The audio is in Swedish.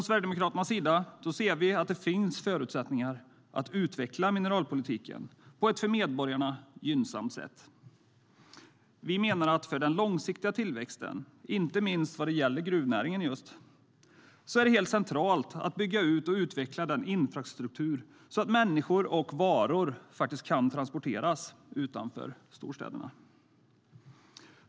Sverigedemokraterna ser att det finns förutsättningar att utveckla mineralpolitiken på ett för medborgarna gynnsamt sätt. Vi menar att för den långsiktiga tillväxten, inte minst när det gäller just gruvnäringen, är det helt centralt att bygga ut och utveckla infrastrukturen så att människor och varor kan transporteras utanför storstäderna.